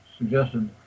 Suggested